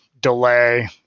delay